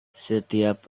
setiap